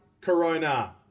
Corona